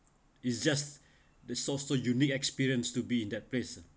it's just the so unique experience to be in that place